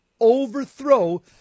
overthrow